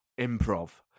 improv